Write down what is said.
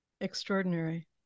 Extraordinary